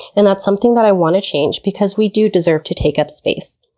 and that's something that i want to change, because we do deserve to take up space.